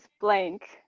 blank